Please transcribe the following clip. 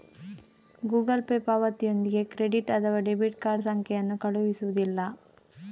Google Pay ಪಾವತಿಯೊಂದಿಗೆ credit ಅಥವಾ debit card ಸಂಖ್ಯೆಯನ್ನು ಕಳುಹಿಸುವುದಿಲ್ಲ